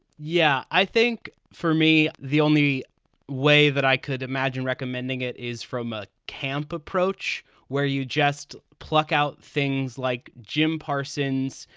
yeah, i think for me, the only way that i could imagine recommending it is from a camp approach where you just pluck out things like jim parsons,